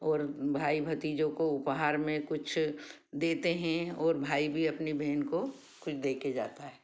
और भाई भतीजों को उपहार में कुछ देते हैं और भाई भी अपने बहन को कुछ दे कर जाता है